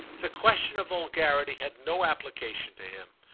the question of vulgarity had no application to him,